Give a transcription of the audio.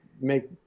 make